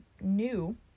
new